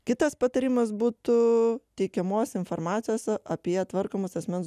kitas patarimas būtų teikiamos informacijos apie tvarkomus asmens